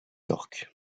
york